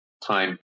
time